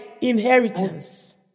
inheritance